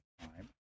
time